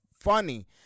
funny